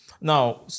Now